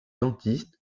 dentiste